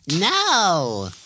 No